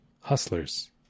hustlers